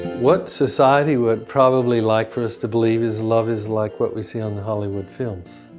what society would probably like for us to believe is love is like what we see on the hollywood films.